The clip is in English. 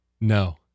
No